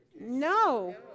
No